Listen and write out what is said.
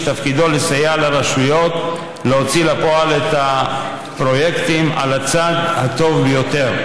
שתפקידו לסייע לרשויות להוציא לפועל את הפרויקטים על הצד הטוב ביותר.